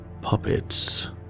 puppets